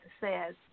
says